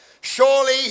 Surely